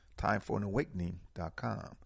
Timeforanawakening.com